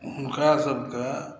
हुनकासभकेँ